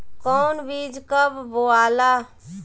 कौन बीज कब बोआला?